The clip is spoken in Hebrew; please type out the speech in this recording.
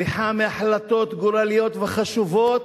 בריחה מהחלטות גורליות וחשובות,